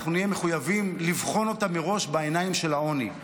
אנחנו נהיה מחויבים לבחון אותה מראש בעיניים של העוני.